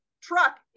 truck